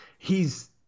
hes